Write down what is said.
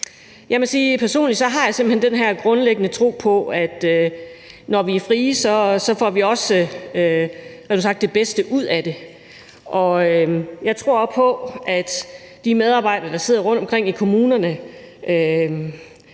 den her grundlæggende tro på, at når vi er frie, får vi også det bedste ud af det. Jeg tror på, at de medarbejdere, der sidder rundtomkring i kommunerne,